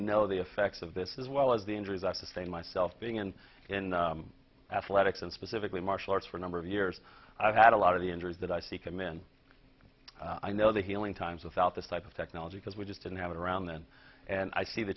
know the effects of this as well as the injuries at the same myself being and in athletics and specifically martial arts for a number of years i've had a lot of the injuries that i see come in i know the healing times without this type of technology because we just didn't have it around then and i see the